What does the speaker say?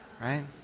Right